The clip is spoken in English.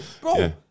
bro